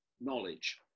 knowledge